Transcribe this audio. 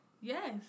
Yes